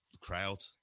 crowd